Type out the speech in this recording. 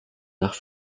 nach